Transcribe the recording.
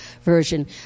version